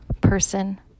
person